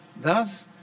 Thus